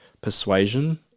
persuasion